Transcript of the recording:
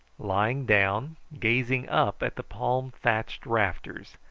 lying down gazing up at the palm-thatched rafters,